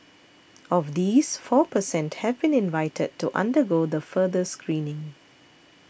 of these four per cent have been invited to undergo the further screening